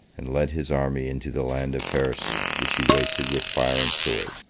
and led his army into the land of heresy, which he wasted with fire and sword.